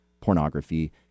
pornography